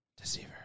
Deceiver